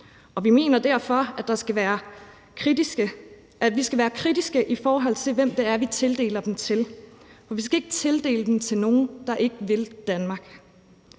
vi mener derfor, at vi skal være kritiske, i forhold til hvem det er, vi tildeler det. Vi skal ikke tildele statsborgerskab til nogen, der ikke vil Danmark.